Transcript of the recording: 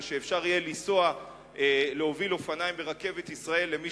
או שאפשר יהיה להוביל אופניים ברכבת ישראל למי